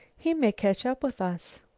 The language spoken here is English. he may catch up with us.